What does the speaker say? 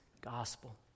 gospel